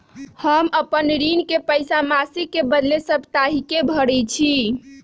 हम अपन ऋण के पइसा मासिक के बदले साप्ताहिके भरई छी